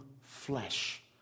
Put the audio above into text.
flesh